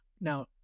now